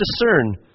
discern